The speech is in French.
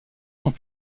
sont